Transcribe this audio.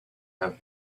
have